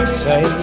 say